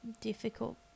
difficult